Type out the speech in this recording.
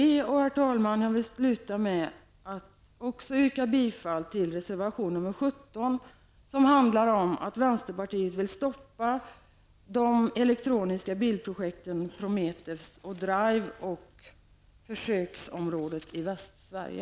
Jag vill, herr talman, avsluta med att även yrka bifall till reservation 17, enligt vilken vänsterpartiet vill stoppa bilprojekten Prometheus och Drive med försöksområde Västsverige.